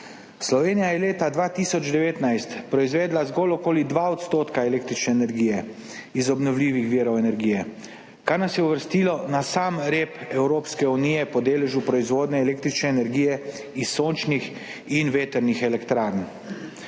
Slovenija je leta 2019 proizvedla zgolj okoli 2 % električne energije iz obnovljivih virov energije, kar nas je uvrstilo na sam rep Evropske unije po deležu proizvodnje električne energije iz sončnih in vetrnih elektrarn.